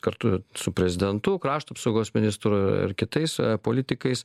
kartu su prezidentu krašto apsaugos ministru ir kitais politikais